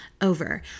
over